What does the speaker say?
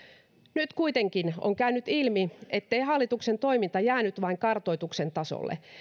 nyt kuitenkin on käynyt ilmi ettei hallituksen toiminta jäänyt vain kartoituksen tasolle